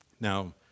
Now